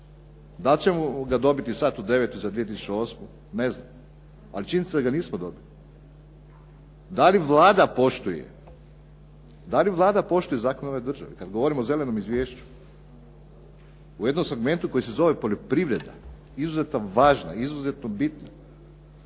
Da li ćemo ga dobiti sada u 2009. za 2008. ne znam. Ali činjenica je da ga nismo dobili. Da li Vlada poštuje zakone ove države kad govorimo o zelenom izvješću u jednom segmentu koji se zove poljoprivreda, izuzetno važna, izuzetno bitna.